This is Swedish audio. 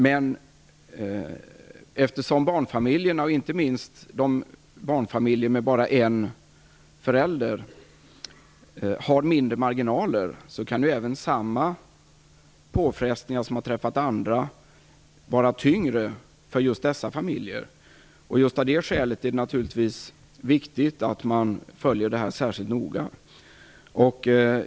Men eftersom barnfamiljerna, inte minst barnfamiljer med bara en förälder, har mindre marginaler, kan samma påfrestningar som de som har träffat andra vara tyngre för just dessa familjer. Av det skälet är det viktigt att man särskilt noga följer detta.